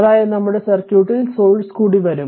അതായതു നമ്മുടെ സർക്യുട്ടിൽ സോഴ്സ് കൂടി വരും